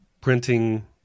printing